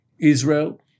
Israel